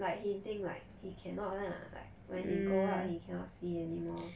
like hinting like he cannot lah like when he go out he cannot see anymore